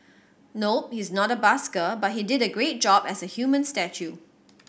nope he's not a busker but he did a great job as a human statue